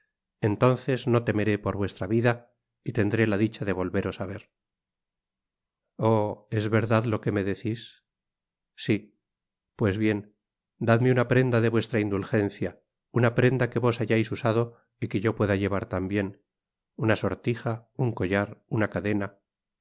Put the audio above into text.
entonces no temeré por vuestra vida y tendré la dicha de volveros á ver oh es verdad lo que me decis si pues bien dadme una prenda de vuestra indulgencia una prenda que vos hayais usado y que yo pueda llevar tambien una sortija un collar una cadena